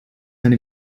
eine